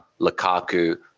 Lukaku